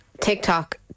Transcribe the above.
TikTok